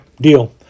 deal